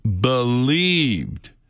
believed